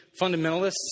fundamentalists